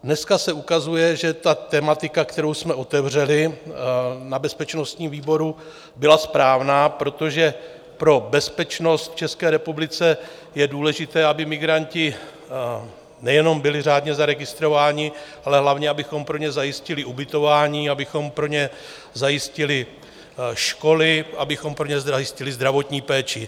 Dneska se ukazuje, že tematika, kterou jsme otevřeli na bezpečnostním výboru, byla správná, protože pro bezpečnost v České republice je důležité, aby migranti nejenom byli řádně zaregistrováni, ale hlavně abychom pro ně zajistili ubytování, abychom pro ně zajistili školy, abychom pro ně zajistili zdravotní péči.